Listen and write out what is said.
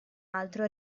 altro